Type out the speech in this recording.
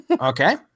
okay